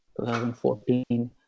2014